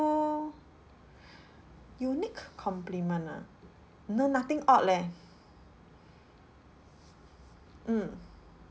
~ul unique compliment ah no nothing odd leh mm